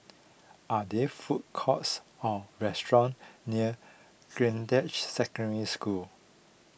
are there food courts or restaurants near Greendale Secondary School